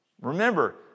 Remember